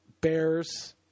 Bears